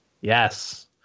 yes